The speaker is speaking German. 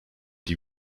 die